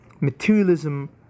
materialism